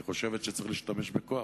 והיא חושבת שלעתים צריך להשתמש בכוח.